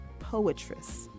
poetress